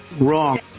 Wrong